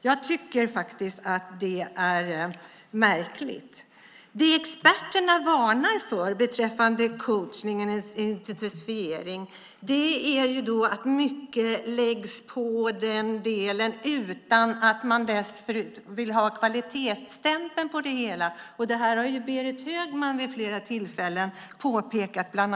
Jag tycker faktiskt att det är märkligt. Det experterna varnar för beträffande coachningens intensifiering är att mycket läggs på den delen utan att man vill ha kvalitetsstämpeln på det hela. Det här har Berit Högman vid flera tillfällen påpekat i dag.